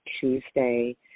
Tuesday